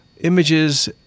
images